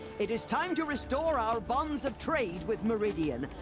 it is time to restore our bonds of trade with meridian.